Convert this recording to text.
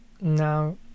now